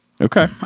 Okay